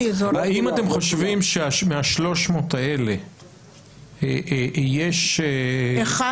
האם אתם חושבים שמה-300 האלה יש --- אחד